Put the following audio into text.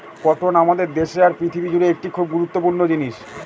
cotton আমাদের দেশে আর পৃথিবী জুড়ে একটি খুব গুরুত্বপূর্ণ জিনিস